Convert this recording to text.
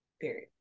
Period